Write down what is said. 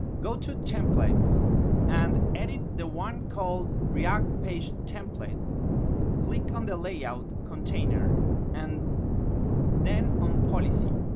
go to templates and edit the one called react page template click on the layout container and then on policy,